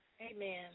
Amen